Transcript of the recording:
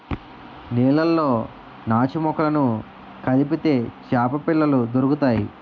నీళ్లలో నాచుమొక్కలను కదిపితే చేపపిల్లలు దొరుకుతాయి